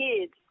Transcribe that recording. kids